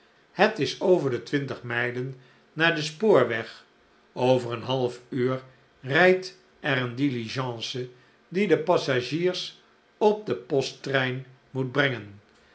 het is over de twintig mijlen naar den spoorweg over een half uur rijdt er een diligence die de passagiers op den posttrein moet brengen